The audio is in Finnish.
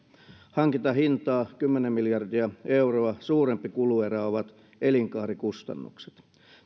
hankintahintaa kymmenen miljardia euroa suurempi kuluerä ovat elinkaarikustannukset